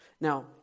Now